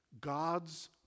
God's